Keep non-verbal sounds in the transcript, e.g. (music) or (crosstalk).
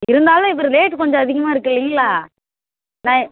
இருந்தாலும் (unintelligible) ரேட்டு கொஞ்சம் அதிகமாக இருக்குது இல்லைங்ளா (unintelligible)